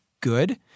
good